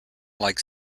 like